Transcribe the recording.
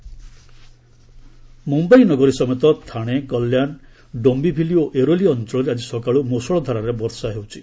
Mumbai rain Mumbai ନଗରୀ ସମେତ ଥାଶେ କଲ୍ୟାଣ ଡୋମ୍ପିଭିଲି ଓ ଏରୋଲି ଅଞ୍ଚଳରେ ଆଜି ସକାଳୁ ମୂଷଳଧାରାରେ ବର୍ଷା ହେଉଛି